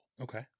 Okay